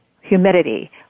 humidity